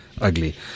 ugly